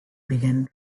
began